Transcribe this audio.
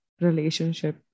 relationship